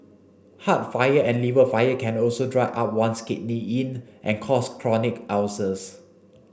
heart fire and liver fire can also dry up one's kidney yin and cause chronic ulcers